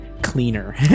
cleaner